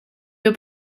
wir